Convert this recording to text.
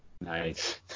nice